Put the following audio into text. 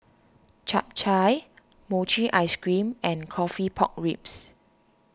Chap Chai Mochi Ice Cream and Coffee Pork Ribs